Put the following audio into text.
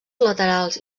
laterals